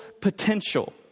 potential